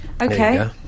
Okay